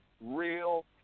real